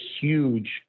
huge